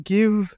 Give